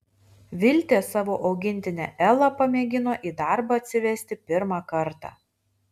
viltė savo augintinę elą pamėgino į darbą atsivesti pirmą kartą